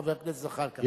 חבר הכנסת זחאלקה.